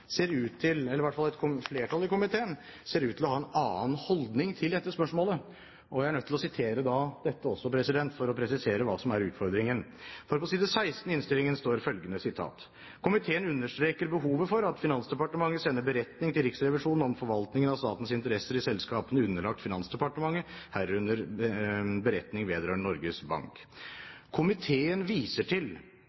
ser ut til å ha en annen holdning til dette spørsmålet. Jeg er nødt til også å sitere dette, for å presisere hva som er utfordringen. På side 16 i innstillingen står følgende: «Komiteen understreker behovet for at Finansdepartementet sender beretning til Riksrevisjonen om forvaltningen av statens interesser i selskapene underlagt Finansdepartementet, herunder beretning vedrørende Norges Bank.